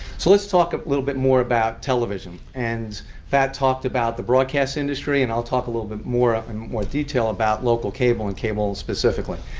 so let's talk a little bit more about television. and pat talked about the broadcast industry and i'll talk a little bit more and in more detail about local cable and cable specifically.